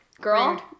girl